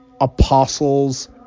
apostles